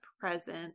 present